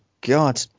God